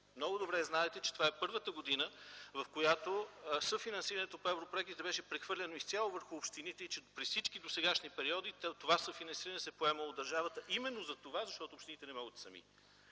Много добре знаете, че това е първата година, в която съфинансирането по европроектите беше прехвърлено изцяло върху общините и при всички досегашни периоди това съфинансиране се поема от държавата, именно за това, защото общините не могат сами.